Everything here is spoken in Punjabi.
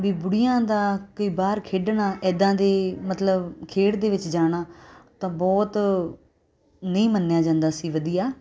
ਵੀ ਬੂੜੀਆਂ ਦਾ ਕੋਈ ਬਾਹਰ ਖੇਡਣਾ ਇੱਦਾਂ ਦੇ ਮਤਲਬ ਖੇਡ ਦੇ ਵਿੱਚ ਜਾਣਾ ਤਾਂ ਬਹੁਤ ਨਹੀਂ ਮੰਨਿਆ ਜਾਂਦਾ ਸੀ ਵਧੀਆ